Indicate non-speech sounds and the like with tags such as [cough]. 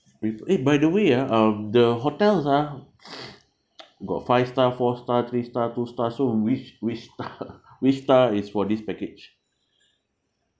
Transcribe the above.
we eh by the way ah um the hotels ah [noise] got five star four star three star two star so which which star [laughs] which star is for this package